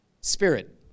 spirit